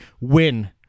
win